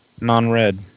Non-red